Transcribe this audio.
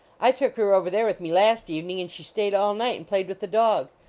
i took her over there with me last evening, and she stayed all night and played with the dog.